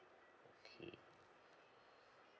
okay